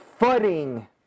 footing